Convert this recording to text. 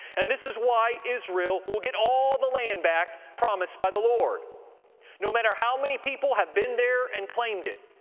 and this is why israel will get all the land back promised by the lord no matter how many people have been there and claimed it